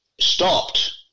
stopped